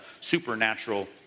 supernatural